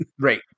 Right